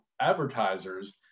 advertisers